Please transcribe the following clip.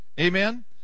Amen